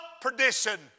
perdition